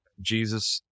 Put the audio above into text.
jesus